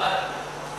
איזה צעדים מרשימים?